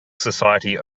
society